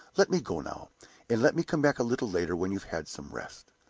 let me go now and let me come back a little later when you have had some rest.